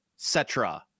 Cetra